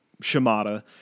Shimada